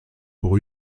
pour